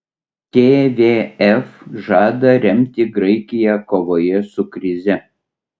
tvf žada remti graikiją kovoje su krize